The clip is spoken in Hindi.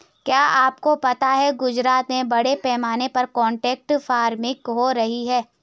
क्या आपको पता है गुजरात में बड़े पैमाने पर कॉन्ट्रैक्ट फार्मिंग हो रही है?